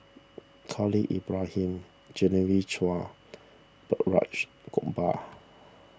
Khalil Ibrahim Genevieve Chua Balraj Gopal